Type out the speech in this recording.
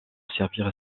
servir